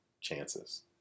chances